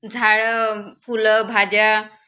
झाडं फुलं भाज्या